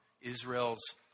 Israel's